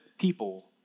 people